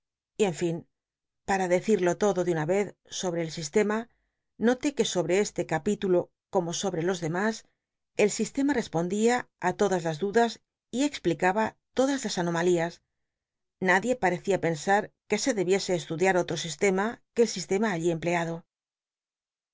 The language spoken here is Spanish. y en fin para decido l oclu de una vez sobre el sistema noté que sobre c ll ca pitulo como sobre los dcmas el sistema respondía todas las dudas y explicaba todas las an omalias nadie parecía pensar que se debiese estudiar otro sistema que el sistema alli emplead